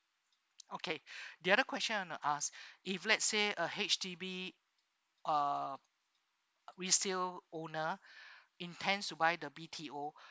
okay the other question I want to ask if let's say a H_D_B uh resale owner intends to buy the B_T_O